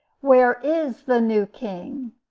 where is the new king?